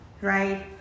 right